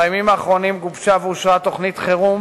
בימים האחרונים גובשה ואושרה תוכנית חירום